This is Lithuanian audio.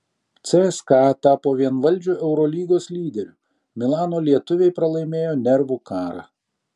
cska tapo vienvaldžiu eurolygos lyderiu milano lietuviai pralaimėjo nervų karą